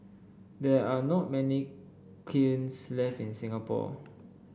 there are not many kilns left in Singapore